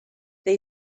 they